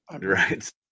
Right